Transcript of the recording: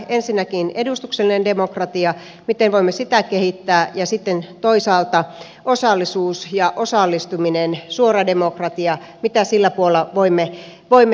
ensinnäkin edustuksellinen demokratia miten voimme sitä kehittää ja sitten toisaalta osallisuus ja osallistuminen suora demokratia mitä sillä puolella voimme tehdä